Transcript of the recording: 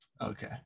okay